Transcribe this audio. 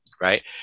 right